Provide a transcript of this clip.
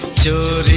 to